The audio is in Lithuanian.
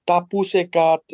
tą pusę kad